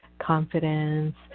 confidence